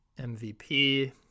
MVP